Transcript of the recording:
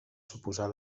suposar